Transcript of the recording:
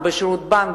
או בשירות בנק,